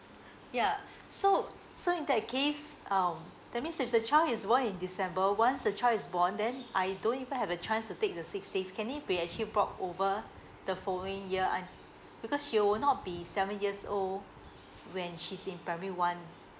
yeah so so in that case um that means if the child is born in december once the child is born then I don't even have a chance to take the six days can it be actually brought over the following year un~ because she will not be seven years old when she's in primary one